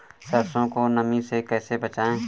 सरसो को नमी से कैसे बचाएं?